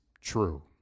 true